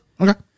Okay